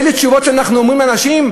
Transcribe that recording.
אלה תשובות שאנחנו אומרים לאנשים?